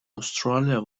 australia